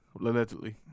allegedly